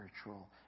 spiritual